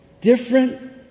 different